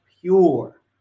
pure